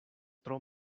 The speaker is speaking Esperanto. tro